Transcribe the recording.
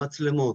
מצלמות.